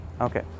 Okay